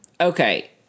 Okay